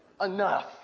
enough